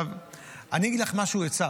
עכשיו אני אגיד לך משהו, עצה: